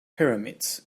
pyramids